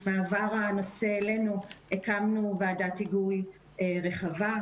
עם מעבר הנושא אלינו, ‏הקמנו ועדת היגוי רחבה.